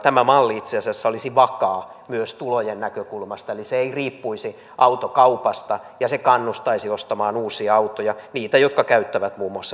tämä malli itse asiassa olisi vakaa myös tulojen näkökulmasta eli se ei riippuisi autokaupasta ja kannustaisi ostamaan uusia autoja niitä jotka käyttävät muun muassa biokaasua